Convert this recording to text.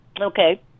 Okay